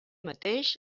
mateix